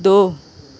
दो